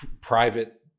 private